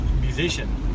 musician